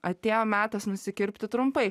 atėjo metas nusikirpti trumpai